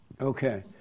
Okay